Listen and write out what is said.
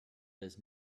does